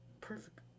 Perfect